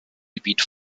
gebiet